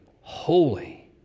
holy